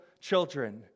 children